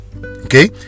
okay